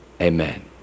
amen